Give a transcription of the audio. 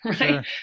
Right